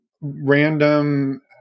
random